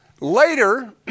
Later